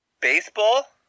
Baseball